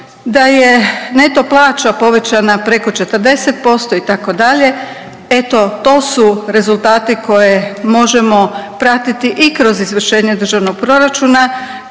da je neto plaća povećana preko 40%, itd., eto, to su rezultati koje možemo pratiti i kroz izvršenje državnog proračuna,